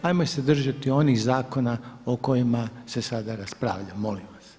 Hajmo se držati onih zakona o kojima se sada raspravlja, molim vas.